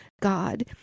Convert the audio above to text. God